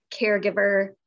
caregiver